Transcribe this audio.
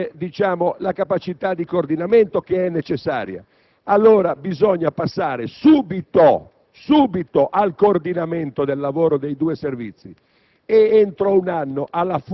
non hanno la quantità, la solidità, non hanno la capacità di coordinamento necessaria. Allora bisogna passare subito,